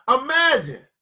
Imagine